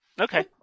Okay